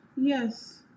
Yes